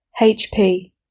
HP